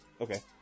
okay